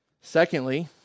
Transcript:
Secondly